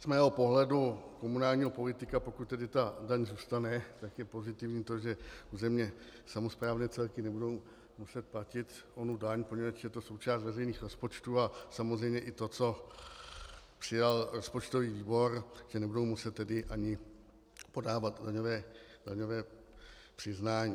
Z mého pohledu komunálního politika, pokud tedy ta daň zůstane, tak je pozitivní to, že územně samosprávné celky nebudou muset platit onu daň, protože je to součást veřejných rozpočtů, a samozřejmě i to, co přijal rozpočtový výbor, že nebudou muset ani podávat daňové přiznání.